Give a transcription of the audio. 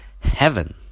Heaven